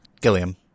Gilliam